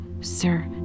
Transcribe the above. sir